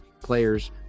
players